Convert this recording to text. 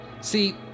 See